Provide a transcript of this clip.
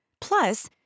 Plus